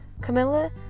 Camilla